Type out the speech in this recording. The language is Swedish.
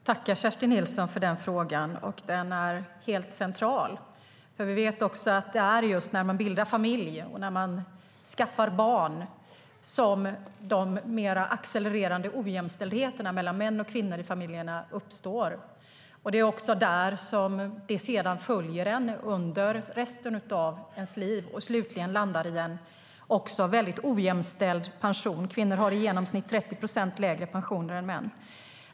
Fru talman! Jag tackar Kerstin Nilsson för den frågan. Den är helt central. Vi vet också att det är just när man bildar familj och när man skaffar barn som de mer accelererande ojämställdheterna mellan män och kvinnor uppstår. Det följer sedan med under resten av ens liv, och det landar slutligen i en väldigt ojämställd pension. Kvinnor har i genomsnitt 30 procent lägre pensioner än män.